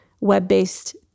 web-based